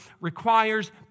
requires